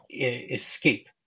escape